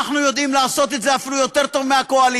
אנחנו יודעים לעשות את זה אפילו יותר טוב מהקואליציה.